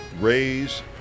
raise